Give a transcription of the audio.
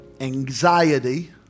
anxiety